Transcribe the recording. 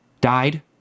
Died